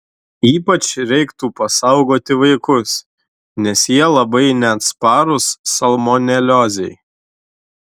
ypač reiktų pasaugoti vaikus nes jie labai neatsparūs salmoneliozei